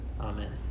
Amen